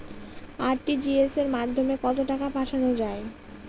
RTGS এর মাধ্যমে কত টাকা পাঠানো যায়?